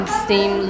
steam